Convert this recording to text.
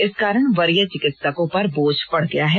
इस कारण वरीय चिकित्सकों पर बोझ बढ़ गया है